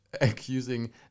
accusing